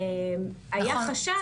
היה חשש -- נכון,